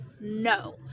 no